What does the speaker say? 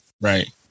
Right